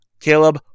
Caleb